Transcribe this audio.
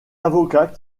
avocat